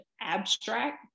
abstract